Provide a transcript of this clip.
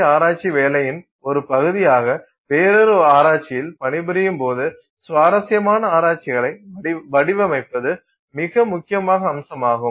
D ஆராய்ச்சி வேலையின் ஒரு பகுதியாக வேறொரு ஆராய்ச்சியில் பணிபுரியும் போது சுவாரஸ்யமான ஆராய்ச்சிகளை வடிவமைப்பது மிக முக்கியமான அம்சமாகும்